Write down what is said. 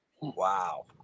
Wow